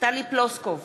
טלי פלוסקוב,